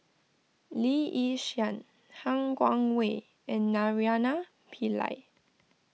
Lee Yi Shyan Han Guangwei and Naraina Pillai